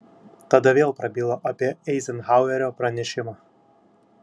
tada vėl prabilo apie eizenhauerio pranešimą